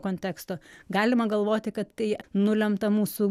konteksto galima galvoti kad tai nulemta mūsų